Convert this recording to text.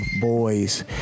boys